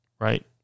right